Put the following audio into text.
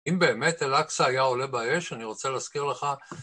אם באמת אל אקצה היה עולה באש, אני רוצה להזכיר לך.